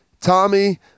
Tommy